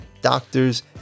doctors